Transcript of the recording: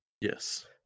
Yes